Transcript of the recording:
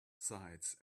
sides